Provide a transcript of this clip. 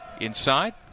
Inside